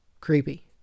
Creepy